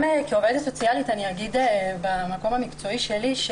כעובדת סוציאלית אני אגיד מהמקום המקצועי שלי,